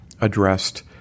addressed